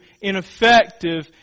ineffective